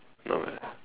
no man